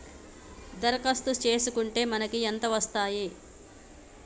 దరఖాస్తు చేస్కుంటే మనకి ఎంత వస్తాయి?